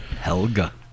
Helga